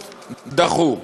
דחו.